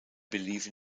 believe